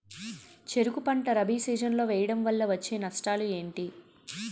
చెరుకు పంట రబీ సీజన్ లో వేయటం వల్ల వచ్చే నష్టాలు ఏంటి?